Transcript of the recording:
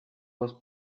was